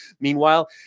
Meanwhile